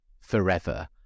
forever